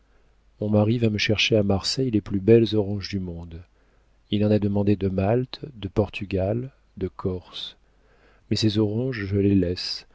mon mari va me chercher à marseille les plus belles oranges du monde il en a demandé de malte de portugal de corse mais ces oranges